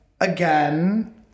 again